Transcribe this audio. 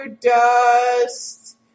dust